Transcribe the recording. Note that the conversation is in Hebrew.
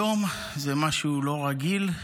היום זה משהו לא רגיל,